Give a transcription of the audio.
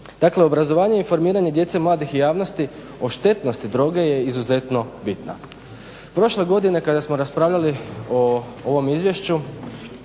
Dakle, obrazovanje i informiranje djece mladih i javnosti o štetnosti droge je izuzetno bitna. Prošle godine kada smo raspravljali o ovom izvješću